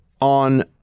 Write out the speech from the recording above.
on